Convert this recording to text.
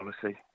policy